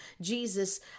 Jesus